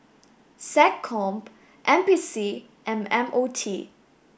SecCom N P C and M O T